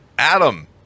Adam